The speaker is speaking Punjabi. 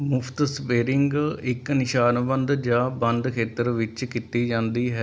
ਮੁਫ਼ਤ ਸਪੇਰਿੰਗ ਇੱਕ ਨਿਸ਼ਾਨਬੰਧ ਜਾਂ ਬੰਦ ਖੇਤਰ ਵਿੱਚ ਕੀਤੀ ਜਾਂਦੀ ਹੈ